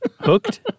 Hooked